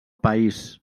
país